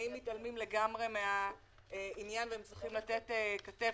החוץ-בנקאיים מתעלמים לגמרי מהעניין והם צריכים לתת כתף.